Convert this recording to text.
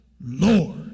Lord